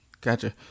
Gotcha